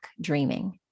Dreaming